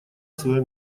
свое